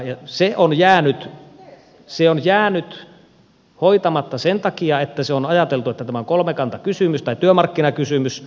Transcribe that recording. se on jäänyt hoitamatta sen takia että on ajateltu että tämä on kolmikantakysymys tai työmarkkinakysymys